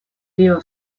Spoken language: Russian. рио